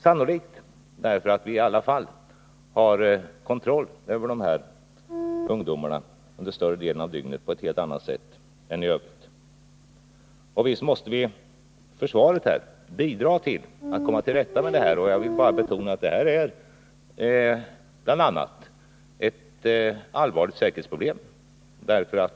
Sannolikt beror det på att vi i alla fall har kontroll över ungdomarna under större delen av dygnet på ett helt annat sätt än man i Övrigt har i samhället. Men visst måste vi inom försvaret bidra till att komma till rätta med narkotikamissbruket. Jag vill betona att detta bl.a. är ett allvarligt säkerhetsproblem.